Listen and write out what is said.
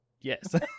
Yes